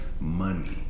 Money